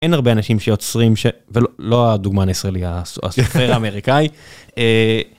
אין הרבה אנשים שיוצרים ולא הדוגמן הישראלי, הסופר האמריקאי.